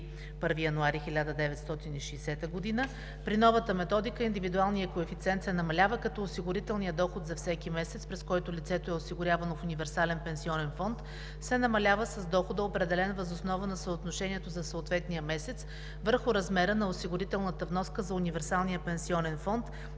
1 януари 1960 г. При новата методика индивидуалният коефициент се намалява, като осигурителният доход за всеки месец, през който лицето е осигурявано в универсален пенсионен фонд, се намалява с дохода, определен въз основа на съотношението за съответния месец върху размера на осигурителната вноска за универсалния пенсионен фонд